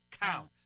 count